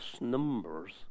numbers